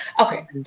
Okay